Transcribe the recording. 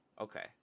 okay